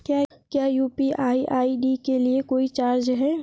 क्या UPI ID के लिए कोई चार्ज है?